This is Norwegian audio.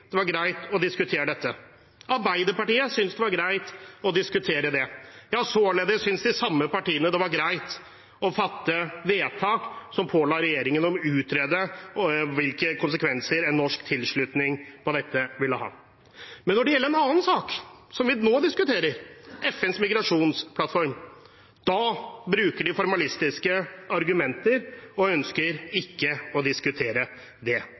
det var greit å diskutere dette, Arbeiderpartiet syntes det var greit å diskutere det – ja, således syntes de samme partiene det var greit å fatte vedtak som påla regjeringen å utrede hvilke konsekvenser en norsk tilslutning til dette ville ha. Men når det gjelder en annen sak, den vi nå diskuterer, FNs migrasjonsplattform, bruker de formalistiske argumenter og ønsker ikke å diskutere det.